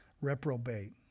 Reprobate